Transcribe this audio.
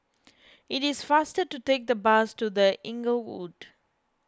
it is faster to take the bus to the Inglewood